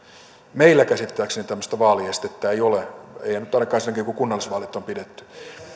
meillä käsittääkseni tämmöistä vaaliestettä ei ole ei nyt ainakaan sen jälkeen kun kunnallisvaalit on pidetty